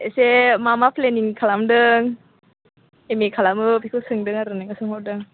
एसे मा मा प्लेनिं खालामदों एम ए खालामो बेखौ सोंदों आरो नोंनाव सोंहरदों